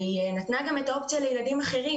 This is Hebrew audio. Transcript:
והיא נתנה גם את האופציה לילדים אחרים